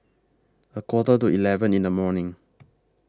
A Quarter to eleven in The morning